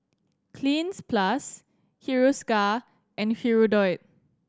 Cleanz Plus Hiruscar and Hirudoid